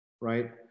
right